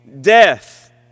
death